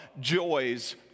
joy's